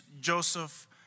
Joseph